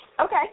Okay